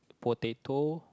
potato